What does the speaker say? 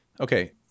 Okay